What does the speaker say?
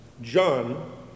John